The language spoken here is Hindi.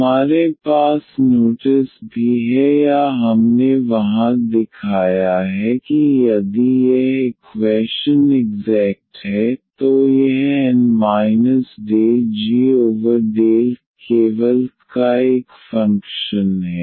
हमारे पास नोटिस भी है या हमने वहां दिखाया है कि यदि यह इक्वैशन इग्ज़ैक्ट है तो यह N minus del g over del y केवल y का एक फ़ंक्शन है